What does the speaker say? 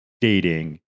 dating